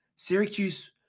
Syracuse